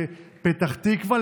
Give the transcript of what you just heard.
לפתח תקווה,